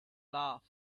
laugh